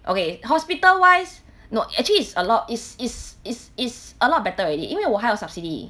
okay hospital wise no actually it's a lot is is is is a lot better already 因为我还有 subsidy